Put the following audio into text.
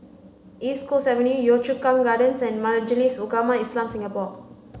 East Coast Avenue Yio Chu Kang Gardens and Majlis Ugama Islam Singapura